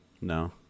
No